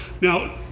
Now